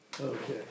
Okay